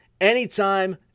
anytime